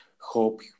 hope